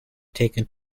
taken